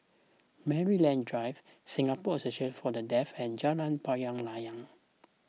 Maryland Drive Singapore Association for the Deaf and Jalan Payoh Lai